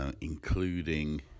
including